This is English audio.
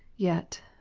yet,